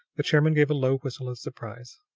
the chairman gave a low whistle of surprise.